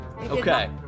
Okay